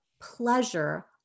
pleasure